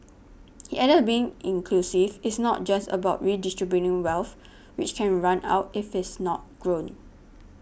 he added being inclusive is not just about redistributing wealth which can run out if it is not grown